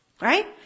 Right